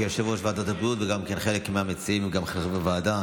כיושב-ראש ועדת הבריאות וגם כן חלק מהמציעים וגם אחרים בוועדה,